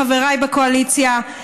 חבריי בקואליציה,